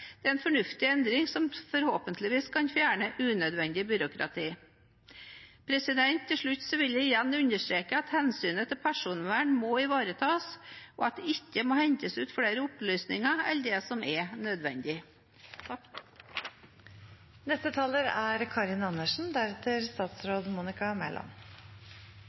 Det er en fornuftig endring som forhåpentligvis kan fjerne unødvendig byråkrati. Til slutt vil jeg igjen understreke at hensynet til personvern må ivaretas, og at det ikke må hentes ut flere opplysninger enn det som er nødvendig.